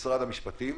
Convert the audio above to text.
האגודה לזכויות האזרח,